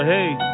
Hey